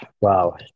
wow